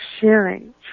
sharing